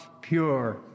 pure